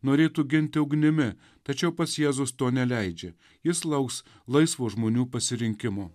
norėtų ginti ugnimi tačiau pats jėzus to neleidžia jis lauks laisvo žmonių pasirinkimo